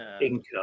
income